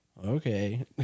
Okay